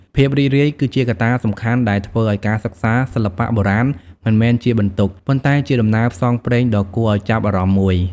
ភាពរីករាយគឺជាកត្តាសំខាន់ដែលធ្វើឱ្យការសិក្សាសិល្បៈបុរាណមិនមែនជាបន្ទុក ប៉ុន្តែជាដំណើរផ្សងព្រេងដ៏គួរឱ្យចាប់អារម្មណ៍មួយ។